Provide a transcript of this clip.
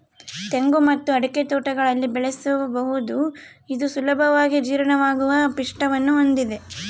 ತೆಂಗು ಮತ್ತು ಅಡಿಕೆ ತೋಟಗಳಲ್ಲಿ ಬೆಳೆಸಬಹುದು ಇದು ಸುಲಭವಾಗಿ ಜೀರ್ಣವಾಗುವ ಪಿಷ್ಟವನ್ನು ಹೊಂದಿದೆ